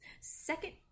second